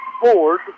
Ford